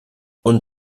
und